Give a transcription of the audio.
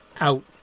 out